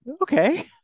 Okay